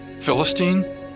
Philistine